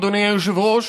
אדוני היושב-ראש.